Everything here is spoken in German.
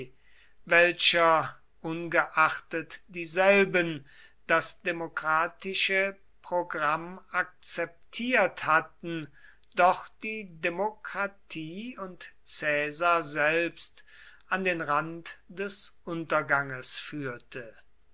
welcher ungeachtet dieselben das demokratische programm akzeptiert hatten doch die demokratie und caesar selbst an den rand des unterganges führte